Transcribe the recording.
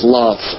love